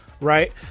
right